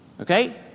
Okay